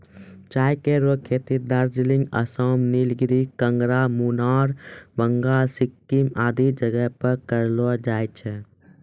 चाय केरो खेती दार्जिलिंग, आसाम, नीलगिरी, कांगड़ा, मुनार, बंगाल, सिक्किम आदि जगह पर करलो जाय छै